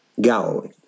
Galilee